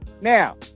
Now